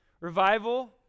Revival